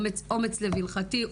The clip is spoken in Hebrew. אומץ לב הלכתי,